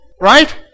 right